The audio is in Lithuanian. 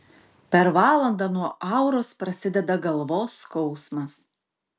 per valandą nuo auros prasideda galvos skausmas